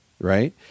right